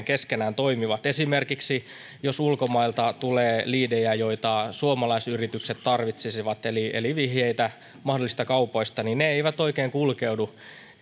keskenään toimivat esimerkiksi jos ulkomailta tulee liidejä joita suomalaisyritykset tarvitsisivat eli eli vihjeitä mahdollisista kaupoista niin ne eivät oikein kulkeudu